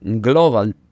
global